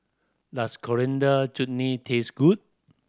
does Coriander Chutney taste good